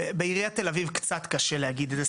בעיריית תל אביב קצת קשה להגיד את זה,